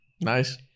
nice